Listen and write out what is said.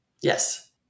yes